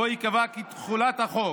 שבו היא קבעה כי תחולת החוק